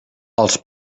els